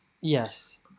Yes